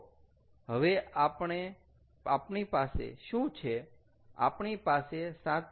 તો હવે આપણી પાસે શું છે આપણી પાસે 7